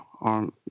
on